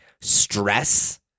stress